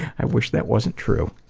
i wish that wasn't true.